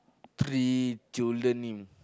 three children name